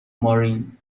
مارین